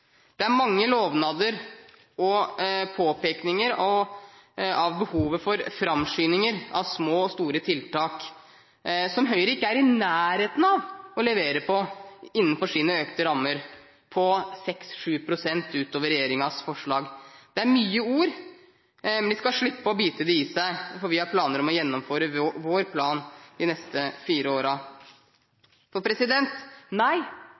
Det er mange lovnader og påpekninger av behovet for framskyndinger av små og store tiltak som Høyre ikke er i nærheten av å levere på innenfor sine økte rammer – på 6–7 pst. utover regjeringens forslag. Det er mye ord, men de skal slippe å bite dem i seg, for vi har planer om å gjennomføre vår plan de neste fire årene. Så nei,